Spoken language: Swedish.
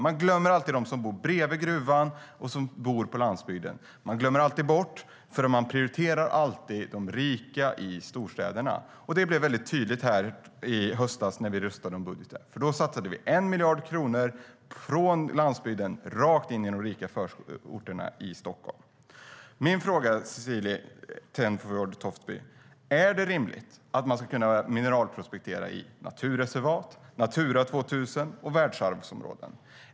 Man glömmer alltid dem som bor bredvid gruvan och dem som bor på landsbygden. Man prioriterar alltid de rika i storstäderna. Det blev väldigt tydligt i höstas när vi röstade om budgeten. Då satsades 1 miljard kronor från landsbygden rakt in i Stockholms rika förorter. Är det rimligt att man ska kunna mineralprospektera i naturreservat och Natura 2000 och världsarvsområden, Cecilie Tenfjord-Toftby?